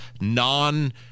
non